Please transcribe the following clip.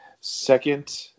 second